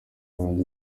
ahandi